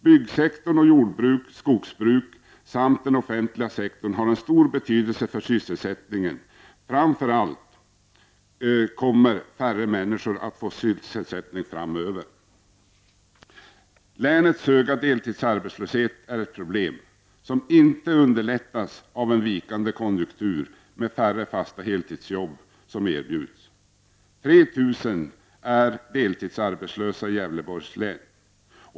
Byggsektorn, jord och skogsbruk samt den offentliga sektorn har stor betydelse för sysselsättningen. Inom samtliga dessa sektorer kommer färre människor att sysselsättas framöver. Länets höga deltidsarbetslöshet är ett problem som inte underlättas av en vikande konjunktur med färre fasta heltidsjobb att erbjuda. 3 000 personer är deltidsarbetslösa i Gävleborgs län.